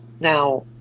now